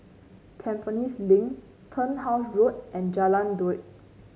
Tampines Link Turnhouse Road and Jalan Daud